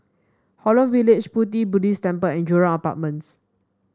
Holland Village Pu Ti Buddhist Temple and Jurong Apartments